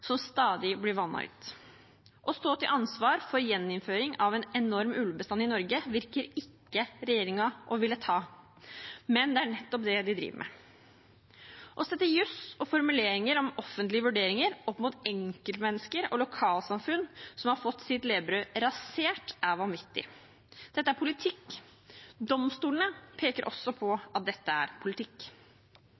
som stadig blir vannet ut. Å stå til ansvar for gjeninnføring av en enorm ulvebestand i Norge virker ikke regjeringen å ville gjøre, men det er nettopp det de driver med. Å sette juss og formuleringer om offentlige vurderinger opp mot enkeltmennesker og lokalsamfunn som har fått sitt levebrød rasert, er vanvittig. Dette er politikk. Domstolene peker også på